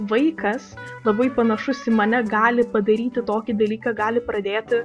vaikas labai panašus į mane gali padaryti tokį dalyką gali pradėti